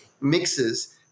mixes